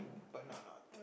but now not